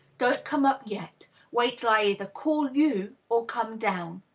don't come up yet wait till i either call you or come down.